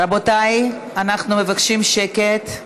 רבותיי, אנחנו מבקשים שקט.